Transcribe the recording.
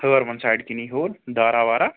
ہٲروَن side کِنی ہیوٚر دارا وارا